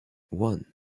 one